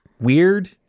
weird